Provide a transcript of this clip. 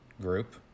group